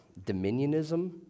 dominionism